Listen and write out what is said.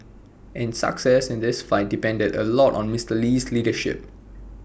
and success in this fight depended A lot on Mister Lee's leadership